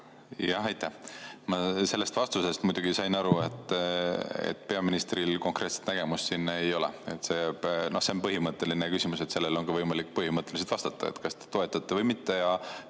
Ma sain sellest vastusest muidugi aru, et peaministril konkreetset nägemust siin ei ole. See on põhimõtteline küsimus ja sellele on võimalik ka põhimõtteliselt vastata, kas te toetate või mitte.